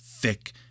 thick